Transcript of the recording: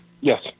Yes